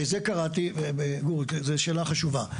לזה קראתי, וגור, זו שאלה חשובה.